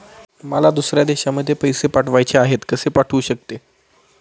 मला दुसऱ्या देशामध्ये पैसे पाठवायचे आहेत कसे पाठवू शकते?